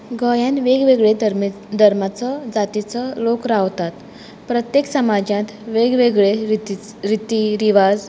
गोंयांत वेग वेगळ्या धर्माचो जातीचो लोक रावतात प्रत्येक समाजांत वेग वेगळे रिती रिवाज